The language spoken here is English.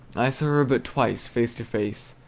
i saw her but twice face to face,